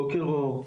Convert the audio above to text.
בוקר אור.